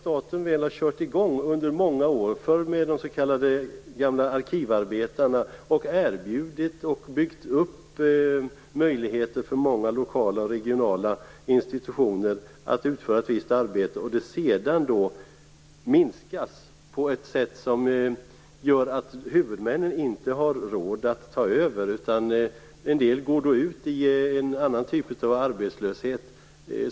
Staten har under många år, tidigare i form av de gamla s.k. arkivarbetena, erbjudit möjligheter för lokala och regionala institutioner att utföra ett visst arbete. Sedan har dessa möjligheter minskats på ett sådant sätt att huvudmännen inte har råd att ta över, och då får en del gå ut i en ny form av arbetslöshet.